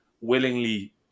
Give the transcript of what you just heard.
willingly